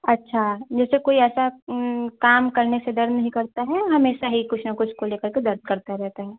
अच्छा जैसे कोई ऐसा काम करने से दर्द नहीं करता है हमेशा ही कुछ ना कुछ को लेकर के दर्द करता रहता है